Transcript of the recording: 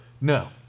No